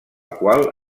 qual